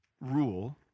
rule